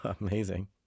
Amazing